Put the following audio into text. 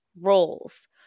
roles